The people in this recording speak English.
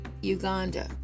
Uganda